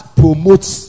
promotes